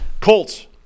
Colts